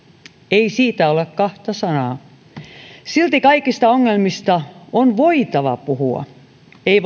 ei siitä ole kahta sanaa silti kaikista ongelmista on voitava puhua ei